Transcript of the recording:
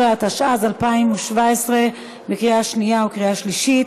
12), התשע"ז 2017, לקריאה שנייה ובקריאה שלישית.